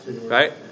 Right